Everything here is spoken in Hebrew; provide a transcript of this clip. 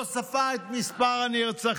לא ספר את מספר הנרצחים.